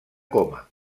coma